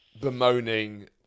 bemoaning